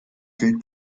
gilt